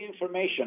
information